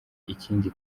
ikindi